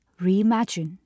reimagine